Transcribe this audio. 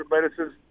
medicines